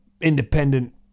independent